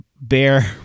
bear